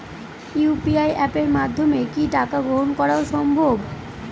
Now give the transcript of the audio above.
UPI অ্যাপের মাধ্যমে কি টাকা গ্রহণ করাও সম্ভব?